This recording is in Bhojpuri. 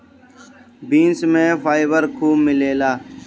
बीन्स में फाइबर खूब मिलेला